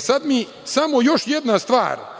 Sada mi samo još jedna stvar